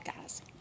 guys